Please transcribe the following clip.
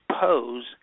pose